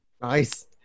Nice